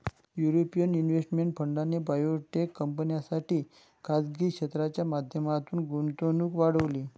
European investment फंडाने biotech कंपन्यांसाठी खासगी क्षेत्राच्या माध्यमातून गुंतवणूक वाढवली